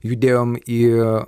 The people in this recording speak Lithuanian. judėjom į